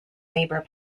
labor